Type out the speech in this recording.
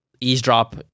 eavesdrop